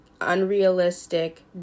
unrealistic